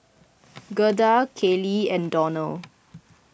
Gertha Kailee and Donald